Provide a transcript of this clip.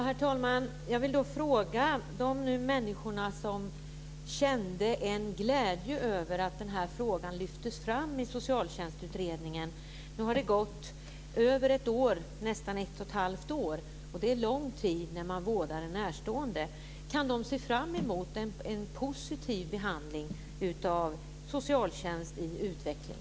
Herr talman! Människor kände en glädje över att den här frågan lyftes fram i Socialtjänstutredningen. Nu har det gått nästan ett och ett halvt år, och det är en lång tid när man vårdar en närstående. Kan dessa människor se fram emot en positiv behandling av betänkandet Socialtjänst i utveckling?